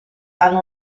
hanno